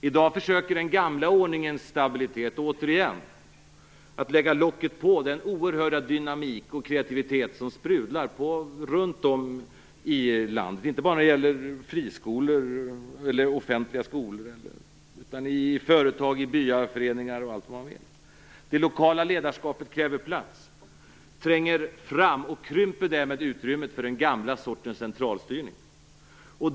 I dag försöker den gamla ordningens stabilitet återigen att lägga locket på den oerhörda dynamik och kreativitet som sprudlar runt om i landet, inte bara när det gäller friskolor och offentliga skolor utan också i företag, byaföreningar och allt vad man vill. Det lokala ledarskapet kräver plats, tränger fram och krymper därmed utrymmet för den gamla sortens centralstyrning.